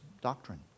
doctrine